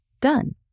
done